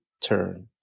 turn